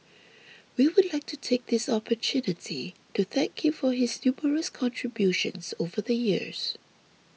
we would like to take this opportunity to thank him for his numerous contributions over the years